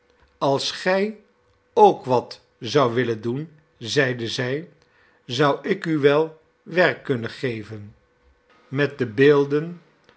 als gij ook wat zoudt willen doen zeide zij zou ik u wel werk kunnen geven met de beelden